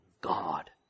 God